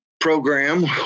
program